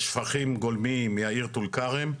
שפכים גולמיים מהעיר טול כרם,